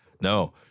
No